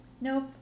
Nope